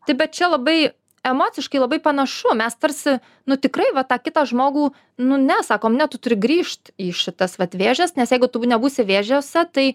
tai bet čia labai emociškai labai panašu mes tarsi nu tikrai va tą kitą žmogų nu ne sakom ne tu turi grįžt į šitas vat vėžes nes jeigu tu nebūsi vėžiose tai